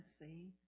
see